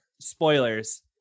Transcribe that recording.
spoilers